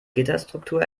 gitterstruktur